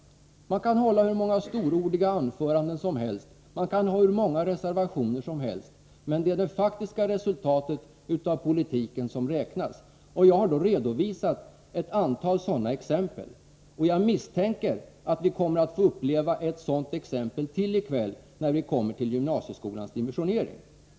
Man kan hålla hur många storordiga anföranden som helst och avge hur många reservationer som helst, men det är det faktiska resultatet av politiken som räknas. Jag har redovisat ett antal exempel på moderaternas agerande, och jag misstänker att vi kommer att få uppleva ytterligare ett sådant exempel i kväll, när vi kommer till frågan om gymnasieskolans dimensionering.